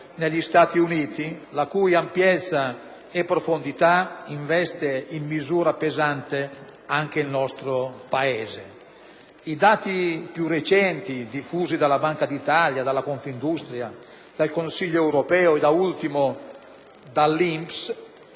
negli Stati Uniti e la cui ampiezza e profondità investe in misura pesante anche il nostro Paese. I dati più recenti diffusi dalla Banca d'Italia, da Confindustria, dal Consiglio europeo e, da ultimo, dall'INPS